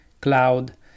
cloud